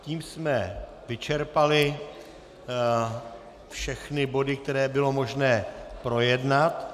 Tím jsme vyčerpali všechny body, které bylo možné projednat.